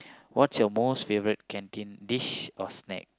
what's your most favourite canteen dish or snack